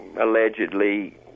allegedly